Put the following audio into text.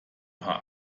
paar